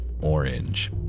orange